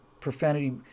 Profanity